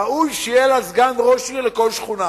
ראוי שיהיה לה סגן ראש עיר לכל שכונה